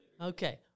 Okay